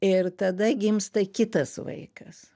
ir tada gimsta kitas vaikas